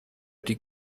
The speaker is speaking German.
die